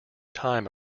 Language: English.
time